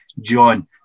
John